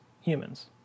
humans